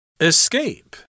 ESCAPE